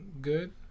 good